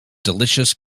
delicious